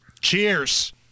Cheers